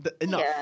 enough